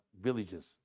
Villages